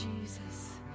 Jesus